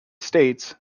states